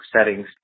settings